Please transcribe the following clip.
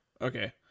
Okay